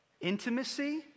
Intimacy